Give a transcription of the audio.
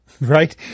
Right